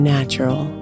natural